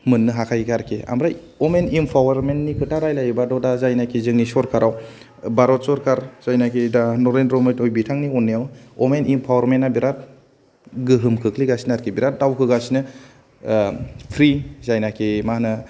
मोननो हाखायो आरोखि ओमफ्राय अमेन इमपावारमेन्टनि खोथा रायलायोबाथ' दा जोंनि जायनोखि सरखार भारत सरखार जायनोखि दा नरेन्द्र मडि बिथांनि अननायाव अमेन इमपावारमेन्टा बिराद गोहोम खोख्लैगासिनो आरोखि बिराद दावखोगासिनो ओ फ्रि जायनोखि मा होनो